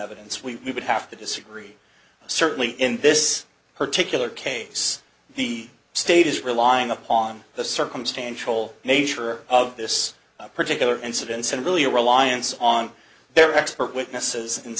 evidence we would have to disagree certainly in this particular case the state is relying upon the circumstantial nature of this particular incident and really a reliance on their expert witnesses